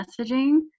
messaging